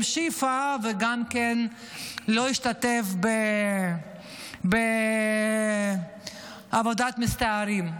שיפא וגם לא השתתף בעבודת מסתערבים,